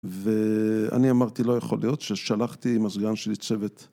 ואני אמרתי לא יכול להיות ששלחתי עם הסגן שלי צוות.